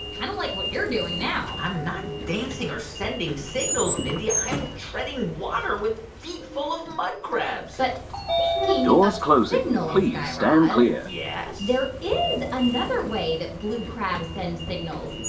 kind of like what you're doing now i'm not dancing or sending signals, mindy. i'm treading water with feet full of mud crabs but speaking of signals, guy raz. yes. there is another way that blue crabs send signals.